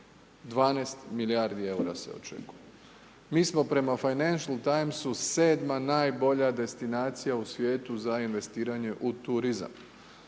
12 milijardi eura se očekuje. Mi smo prema financial timesu 7. najbolja destinacija u svijetu za investiranje u turizam.